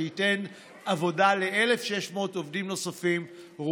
שייתן עבודה ל-1,600 עובדים נוספים במדינת ישראל,